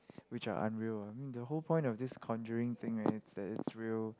which are unreal ah I mean the whole point of this conjuring thing right is that it's real